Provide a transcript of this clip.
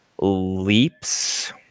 leaps